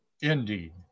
indeed